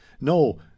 no